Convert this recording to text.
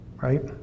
right